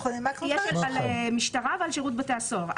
יש על המשטרה ועל שירות בתי הסוהר.